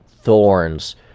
Thorns